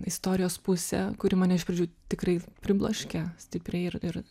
istorijos pusė kuri mane iš pradžių tikrai pribloškė stipriai ir ir